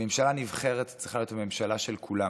ממשלה נבחרת צריכה להיות הממשלה של כולם.